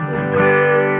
away